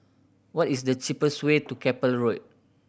what is the cheapest way to Keppel Road